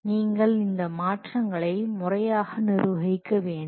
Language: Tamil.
நீங்கள் இந்த மாற்றங்களை முறையாக நிர்வகிக்க வேண்டும்